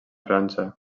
frança